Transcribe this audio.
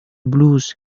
blues